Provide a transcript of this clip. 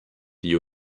die